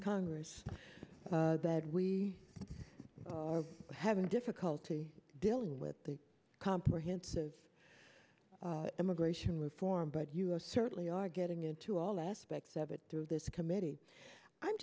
congress that we are having difficulty dealing with the comprehensive immigration reform but you are certainly are getting into all aspects of it to this committee i'm